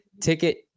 ticket